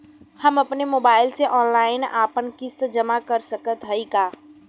हम अपने मोबाइल से ऑनलाइन आपन किस्त जमा कर सकत हई का?